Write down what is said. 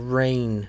rain